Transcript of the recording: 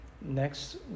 Next